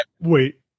wait